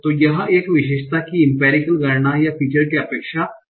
तो एक विशेषता की इंपेरिकल गणना या फीचर्स की अपेक्षा क्या है